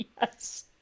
Yes